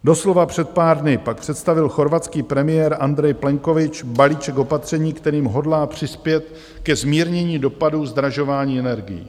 Doslova před pár dny pak představil chorvatský premiér Andrej Plenković balíček opatření, kterým hodlá přispět ke zmírnění dopadů zdražování energií.